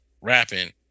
rapping